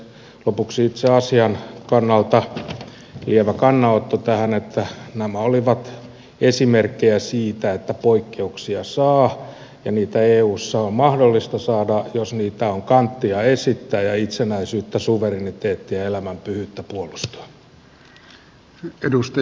ja arvoisa puhemies lopuksi itse asian kannalta lievä kannanotto tähän että nämä olivat esimerkkejä siitä että poikkeuksia saa ja niitä eussa on mahdollista saada jos niitä on kanttia esittää ja itsenäisyyttä suvereniteettia ja elämän pyhyyttä puolustaa